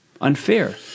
unfair